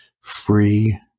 free